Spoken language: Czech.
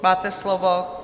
Máte slovo.